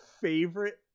favorite